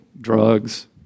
drugs